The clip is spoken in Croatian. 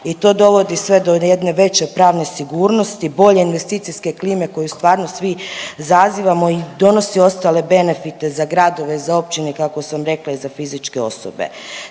i to dovodi sve do jedne veće pravne sigurnosti, bolje investicijske klime koju stvarno svi zazivamo i donosi ostale benefite za gradove, za općine, kako sam rekla, i za fizičke osobe.